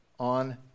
On